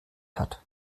hat